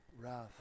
wrath